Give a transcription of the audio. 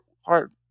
hard